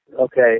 Okay